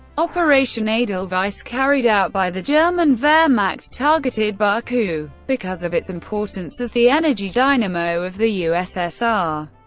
operation edelweiss carried out by the german wehrmacht targeted baku, because of its importance as the energy dynamo of the ussr.